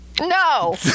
No